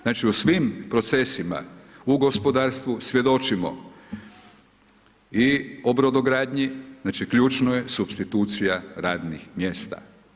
Znači u svim procesima, u gospodarstvu svjedočimo i o brodogradnji, znači ključno je supstitucija radnih mjesta.